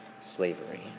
slavery